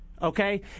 Okay